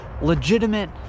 legitimate